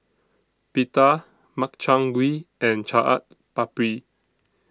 Pita Makchang Gui and Chaat Papri